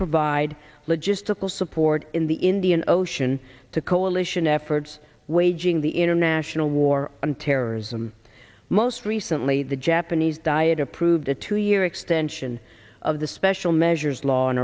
provide logistical support in the indian ocean to coalition efforts waging the international war on terrorism most recently the japanese diet approved a two year extension of the special measures law